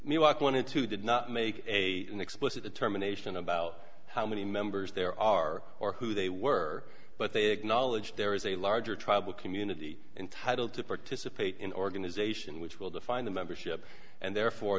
wanted to did not make a an explicit determination about how many members there are or who they were but they acknowledge there is a larger tribal community entitled to participate in organization which will define the membership and therefore